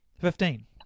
Fifteen